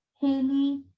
Haley